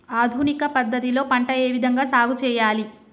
ఆధునిక పద్ధతి లో పంట ఏ విధంగా సాగు చేయాలి?